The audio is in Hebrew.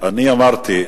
אני אמרתי.